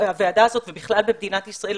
הוועדה הזאת ובכלל במדינת ישראל,